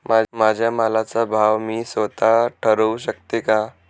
माझ्या मालाचा भाव मी स्वत: ठरवू शकते का?